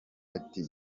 ati